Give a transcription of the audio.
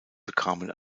bekamen